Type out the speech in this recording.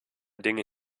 dinge